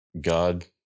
God